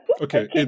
Okay